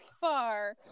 far